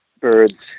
Birds